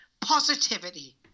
positivity